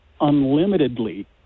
unlimitedly